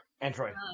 Android